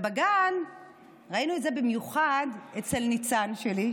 בגן ראינו את זה במיוחד אצל ניצן שלי,